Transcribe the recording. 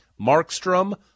Markstrom